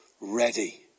ready